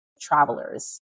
travelers